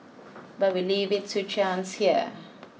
but we leave it to chance here